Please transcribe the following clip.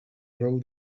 rol